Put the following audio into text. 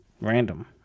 Random